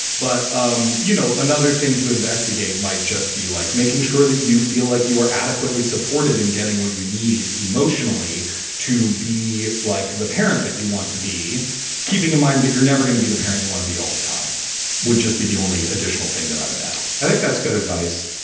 but, um you know, another thing to investigate might just be like making sure that you feel like you are adequately supported and getting what you need emotionally to be like the parent that you want to be keeping in mind that you're never going to be the parent you want to be all the time would just be the only additional thing that i would add i think that's good advice.